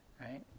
right